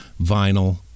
vinyl